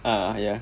ah yeah